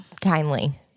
kindly